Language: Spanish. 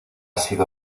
sido